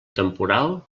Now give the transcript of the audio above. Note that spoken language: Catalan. temporal